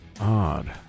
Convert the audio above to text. odd